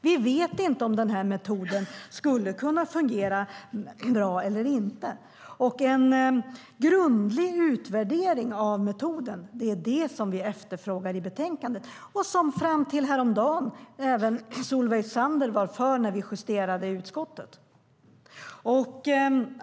Vi vet inte om den här metoden skulle kunna fungera bra eller inte. En grundlig utvärdering av metoden är det vi efterfrågar i betänkandet, och detta var även Solveig Zander för fram till häromdagen när vi justerade utskottsbetänkandet.